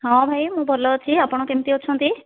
ହଁ ଭାଇ ମୁଁ ଭଲ ଅଛି ଆପଣ କେମିତି ଅଛନ୍ତି